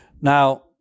Now